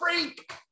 freak